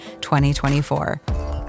2024